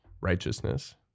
righteousness